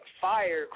Fire